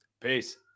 Peace